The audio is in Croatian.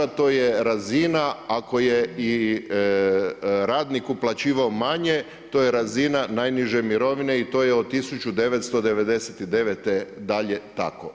To je razina ako je i radnik uplaćivao manje to je razina najniže mirovine i to je od 1999. dalje tako.